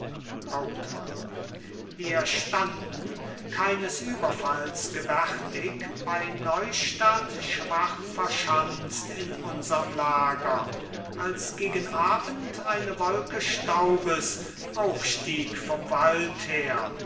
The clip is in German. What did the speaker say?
hauptmann wir standen keines überfalls gewärtig bei neustadt schwach verschanzt in unserm lager als gegen abend eine wolke staubes aufstieg vom wald her